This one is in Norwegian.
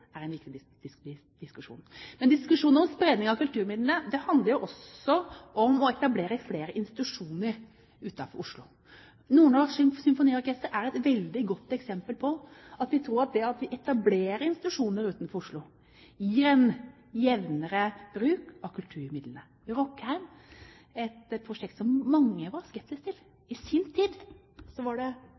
er en viktig diskusjon. En diskusjon om spredning av kulturmidlene handler også om å etablere flere institusjoner utenfor Oslo. Nordnorsk Symfoniorkester er et veldig godt eksempel på at vi tror at etablering av institusjoner utenfor Oslo gir en jevnere bruk av kulturmidlene. Rockheim var et prosjekt som mange var skeptiske til – i sin tid var det